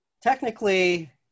technically